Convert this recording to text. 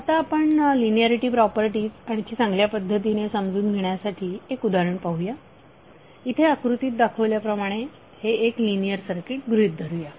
आता आपण linearity property आणखी चांगल्या पद्धतीने समजून घेण्यासाठी एक उदाहरण पाहूया इथे आकृतीत दाखवल्या प्रमाणे हे एक लिनियर सर्किट गृहीत धरू या